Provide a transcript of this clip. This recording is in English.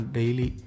daily